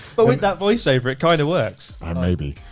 but with that voice over, it kind of works. um maybe.